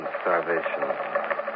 starvation